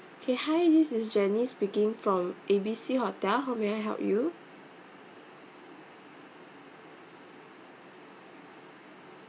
K hi this is janice speaking from A B C hotel how may I help you